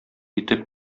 итеп